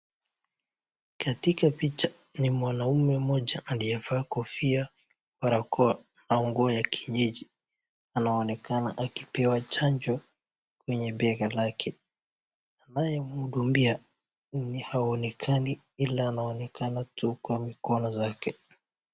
Katika picha ni mwanaume mmoja aliyevaa kofia, barakoa au nguo ya kienyeji, anaonekana akipewa chanjo kwenye bega lake, anayemhudumia ni haonekani ila anaonekana tu kwa mikono zake.